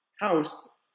house